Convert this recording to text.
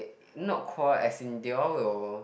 not quarrel as in they all will